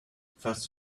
fast